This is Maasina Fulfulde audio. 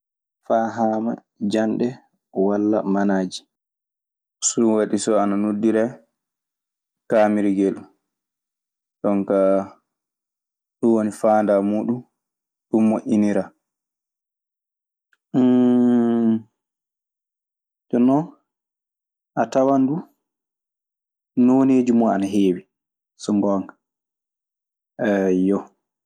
Faa haama janɗe walla manaaji. So ɗun waɗi so ana noddire taamirgel. Jon kaa ɗun woni faandaare muuɗun. Ɗun moƴƴiniraa. Jonnon, a tawan duu nooneeji muuɗun ana heewi, so ngoonga. Eyyo.